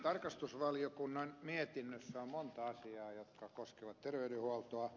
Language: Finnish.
tarkastusvaliokunnan mietinnössä on monta asiaa jotka koskevat terveydenhuoltoa